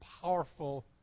powerful